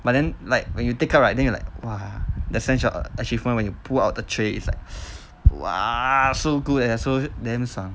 but then like when you take out right then you like !wah! the sense of achievement when you pull out the tray is like !wah! so good and so damn 爽